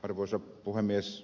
arvoisa puhemies